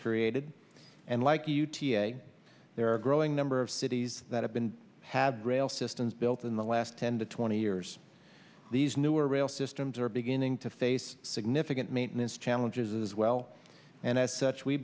created and like u t a there are a growing number of cities that have been had rail systems built in the last ten to twenty years these newer rail systems are beginning to face significant maintenance challenges as well and as such we